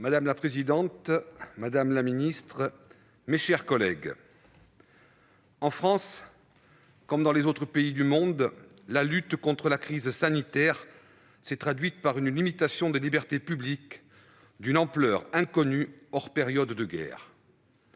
Madame la présidente, madame la ministre, mes chers collègues, en France, comme dans les autres pays du monde, la lutte contre la crise sanitaire a entraîné une limitation des libertés publiques d'une ampleur inconnue hors période de guerre.